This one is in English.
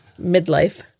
Midlife